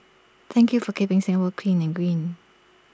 thank you for keeping Singapore clean and green